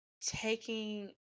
taking